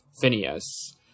Phineas